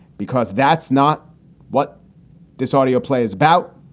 because that's not what this audio play is about.